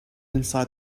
inside